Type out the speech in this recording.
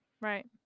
right